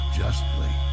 justly